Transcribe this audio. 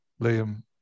Liam